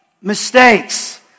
Mistakes